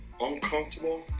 uncomfortable